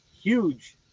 huge